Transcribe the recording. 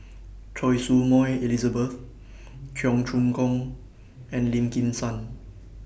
Choy Su Moi Elizabeth Cheong Choong Kong and Lim Kim San